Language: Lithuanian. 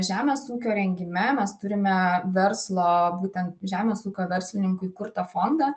žemės ūkio rengime mes turime verslo būtent žemės ūkio verslininkų įkurtą fondą